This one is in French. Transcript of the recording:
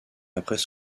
après